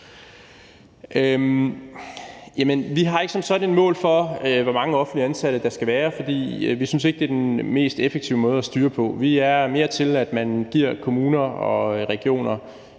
Vi har ikke sådan sat et mål for, hvor mange offentligt ansatte der skal være, for vi synes ikke, det er den mest effektive måde at styre på. Vi er mere til, at man giver kommuner og regioner